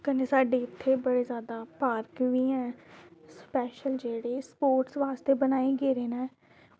कन्नै साढ़े उत्थें बड़े जादा पार्क बी हैन स्पेशल जेह्ड़े स्पोटर्स आस्तै बनाये गेदे न